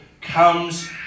comes